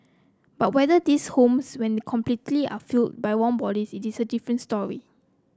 but whether these homes when completed are filled by warm bodies is a different story